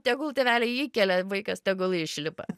tegul tėveliai įkelia vaikas tegul išlipa